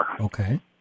okay